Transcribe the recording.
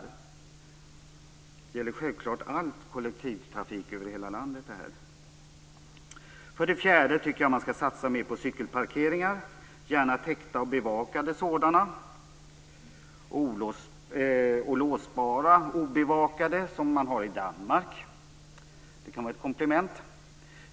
Det här gäller självklart all kollektivtrafik och hela landet. För det fjärde tycker jag att man skall satsa mer på cykelparkeringar, gärna täckta och bevakade sådana. Låsbara obevakade, som man har i Danmark, kan vara ett komplement.